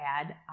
add